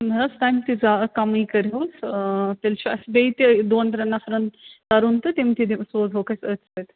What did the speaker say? نہَ حَظ تَمہِ تہِ زیا کمٕے کٔرۍہوٗس تیٛلہِ چھُ اَسہِ بیٚیہِ تہِ دۅن ترٛٮ۪ن نفرن ترُن تہٕ تِم تہِ سوزہوکھ أسۍ أتھۍ پٮ۪ٹھ